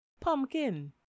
pumpkin